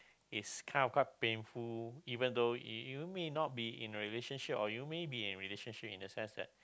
it's kind of quite painful even though you may not be in a relationship or you may be in relationship in the sense that